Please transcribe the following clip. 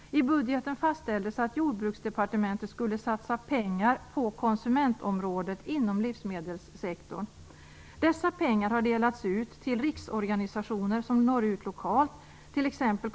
I budgeten fastställdes att Jordbruksdepartementet skulle satsa pengar på konsumentåtgärder inom livsmedelssektorn. Dessa pengar har delats ut till: riksorganisationer som når ut lokalt, t.ex.